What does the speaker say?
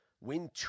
win